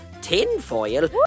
Tinfoil